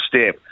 step